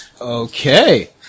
Okay